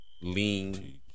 lean